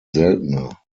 seltener